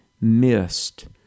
missed